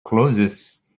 closes